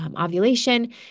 ovulation